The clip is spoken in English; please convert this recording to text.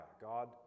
God